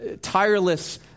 tireless